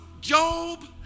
Job